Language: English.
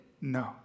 No